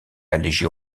allégée